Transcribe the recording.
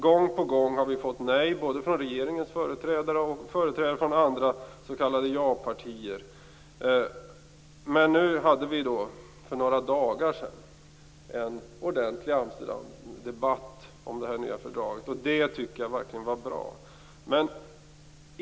Gång på gång har vi fått nej både från regeringens företrädare och från andra företrädare för s.k. ja-partier. Men nu hade vi för några dagar sedan en ordentlig debatt om det nya Amsterdamfördraget. Jag tycker att det var bra.